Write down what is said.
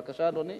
בבקשה, אדוני.